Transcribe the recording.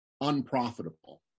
unprofitable